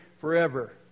forever